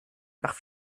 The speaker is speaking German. nach